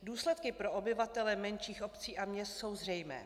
Důsledky pro obyvatele menších obcí a měst jsou zřejmé.